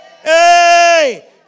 Hey